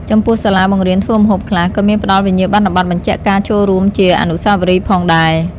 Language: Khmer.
ចំពោះសាលាបង្រៀនធ្វើម្ហូបខ្លះ ក៏មានផ្ដល់វិញ្ញាបនបត្របញ្ជាក់ការចូលរួមជាអនុស្សាវរីយ៍ផងដែរ ។